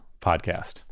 podcast